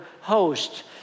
host